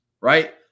right